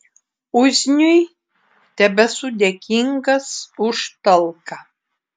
uzniui tebesu dėkingas už talką